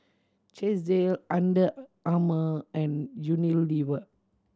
Chesdale Under Armour and Unilever